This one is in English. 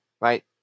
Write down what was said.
right